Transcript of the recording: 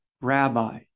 Rabbi